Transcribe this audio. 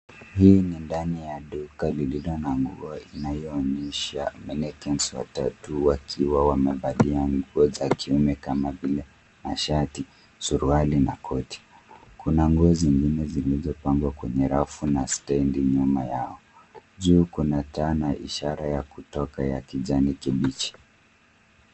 Hii ni ndani ya Duka linalo na nguo onyesha watu wa tatu wakiwa wamevalia nguo za kiume kama vile mashati, suruali na koti. Kuna nguo zingine zilizopangwa kwenye rafu na stendi nyuma yao juu kuna ishara ya kutoka ya kijani kibichi.